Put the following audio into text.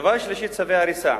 דבר שלישי, צווי הריסה.